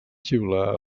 xiular